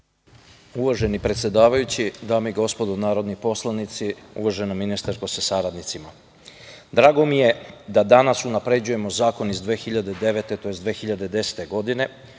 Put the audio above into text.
Uvaženi predsedavajući, dame i gospodo narodni poslanici, uvažena ministarko sa saradnicima, drago mi je da danas unapređujemo zakon iz 2009, tj. 2010. godine,